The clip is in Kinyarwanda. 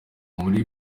muri